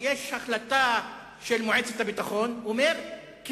יש החלטה של מועצת הביטחון שאומרת: